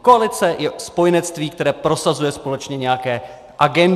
Koalice je spojenectví, které prosazuje společně nějaké agendy.